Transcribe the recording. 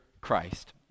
Christ